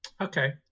Okay